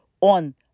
on